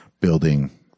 building